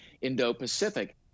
Indo-Pacific